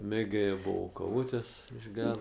mėgėja buvo kavutės išgert